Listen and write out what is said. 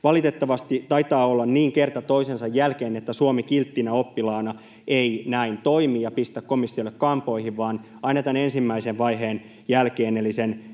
Valitettavasti taitaa olla kerta toisensa jälkeen niin, että Suomi kilttinä oppilaana ei näin toimi eikä pistä komissiolle kampoihin, vaan aina tämän ensimmäisen vaiheen jälkeen, eli sen